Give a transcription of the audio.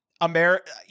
America